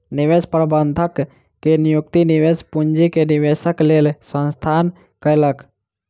निवेश प्रबंधक के नियुक्ति निवेश पूंजी के निवेशक लेल संस्थान कयलक